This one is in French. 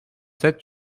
sept